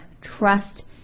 Trust